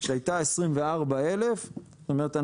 שהייתה 24,000. זאת אומרת,